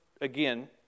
again